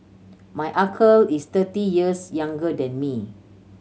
my uncle is thirty years younger than me